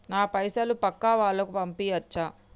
నా పైసలు పక్కా వాళ్ళకు పంపియాచ్చా?